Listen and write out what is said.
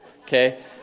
Okay